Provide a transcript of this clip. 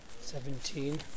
Seventeen